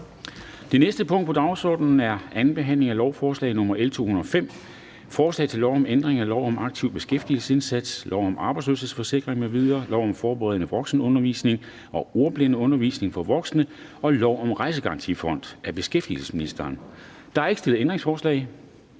Det næste punkt på dagsordenen er: 4) 2. behandling af lovforslag nr. L 205: Forslag til lov om ændring af lov om en aktiv beskæftigelsesindsats, lov om arbejdsløshedsforsikring m.v., lov om forberedende voksenundervisning og ordblindeundervisning for voksne og lov om en rejsegarantifond. (Justeret uddannelsesløft, udvidet adgang til